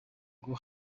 ngo